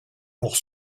pour